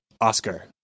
Oscar